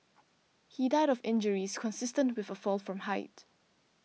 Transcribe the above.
he died of injuries consistent with a fall from height